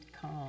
calm